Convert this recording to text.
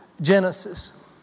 Genesis